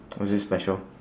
oh is it special